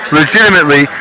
legitimately